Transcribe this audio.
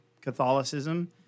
Catholicism